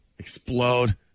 explode